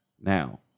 Now